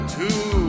two